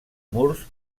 murs